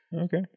Okay